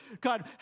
God